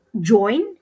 join